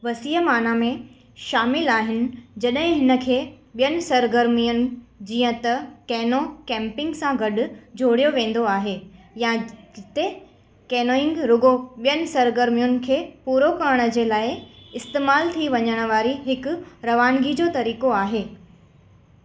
वसीअ माना में शामिलु आहिनि जॾहिं हिनखे बि॒यनि सरगरमियुनि जींअ त कैनो कैंपिंग सां गडु॒ जोड़ियो वेंदो आहे या जिते कैनोइंग रुगो॒ बि॒यनि सरगरमियुनि खे पूरो करण जे लाइ इस्तेमालु थी वञणु वारी हिकु रवानगी जो तरीक़ो आहे